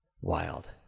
Wild